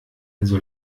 also